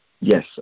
Yes